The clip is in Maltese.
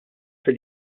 fil